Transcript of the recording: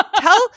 Tell